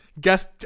guess